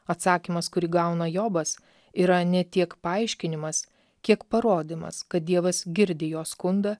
atsakymas kurį gauna jobas yra ne tiek paaiškinimas kiek parodymas kad dievas girdi jo skundą